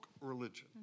religion